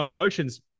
emotions